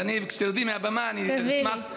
אז כשתרדי מהבמה אני אשמח, תביא לי.